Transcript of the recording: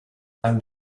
and